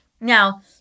Now